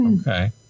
okay